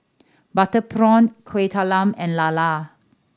butter prawn Kueh Talam and lala